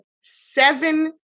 seven